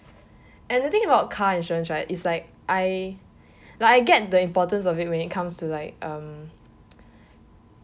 another thing about car insurance right is like I like I get the importance of it when it comes to like um